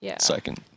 second